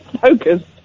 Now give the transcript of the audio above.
focused